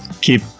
keep